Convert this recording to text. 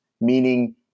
meaning